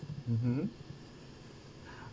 mmhmm